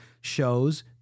shows